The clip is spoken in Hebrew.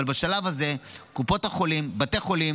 אבל בשלב הזה קופות החולים ובתי חולים.